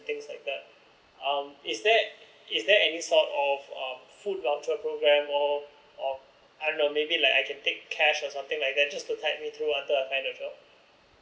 things like that uh is there is there any sort of food voucher programme or or I don't know maybe like I can take cash or something like that just to me through until I can find a job